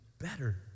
better